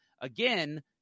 Again